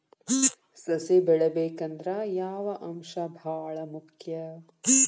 ಸಸಿ ಬೆಳಿಬೇಕಂದ್ರ ಯಾವ ಅಂಶ ಭಾಳ ಮುಖ್ಯ?